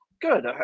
good